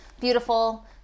beautiful